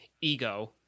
ego